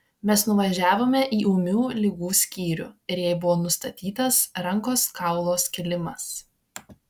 mes nuvažiavome į ūmių ligų skyrių ir jai buvo nustatytas rankos kaulo skilimas